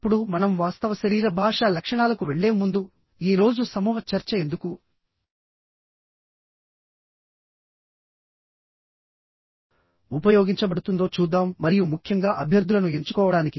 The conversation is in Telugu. ఇప్పుడు మనం వాస్తవ శరీర భాషా లక్షణాలకు వెళ్లే ముందుఈ రోజు సమూహ చర్చ ఎందుకు ఉపయోగించబడుతుందో చూద్దాం మరియు ముఖ్యంగా అభ్యర్థులను ఎంచుకోవడానికి